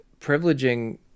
privileging